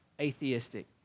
atheistic